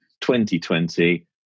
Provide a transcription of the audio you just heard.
2020